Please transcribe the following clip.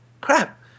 crap